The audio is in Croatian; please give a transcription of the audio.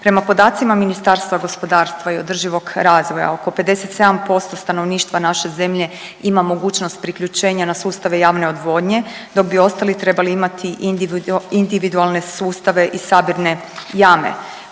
Prema podacima Ministarstva gospodarstva i održivog razvoja oko 57% stanovništva naše zemlje ima mogućnost priključenja na sustave javne odvodnje dok bi ostali trebali imati individualne sustave i sabirne jame.